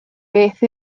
beth